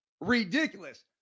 ridiculous